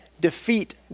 defeat